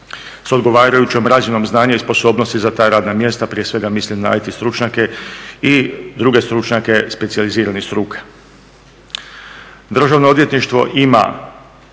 s odgovarajućom razinom znanja i sposobnosti za ta radna mjesta. Prije svega mislim na IT stručnjake i druge stručnjake specijalizirane struke.